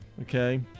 Okay